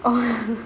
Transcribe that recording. oh !wow!